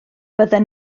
bydden